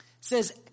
says